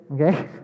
Okay